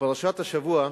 בפרשת השבוע,